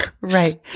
right